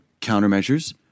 countermeasures